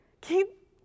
Keep